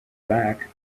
back